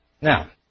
Now